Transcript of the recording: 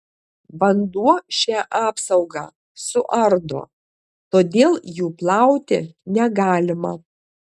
vanduo šią apsaugą suardo todėl jų plauti negalima